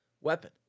weapon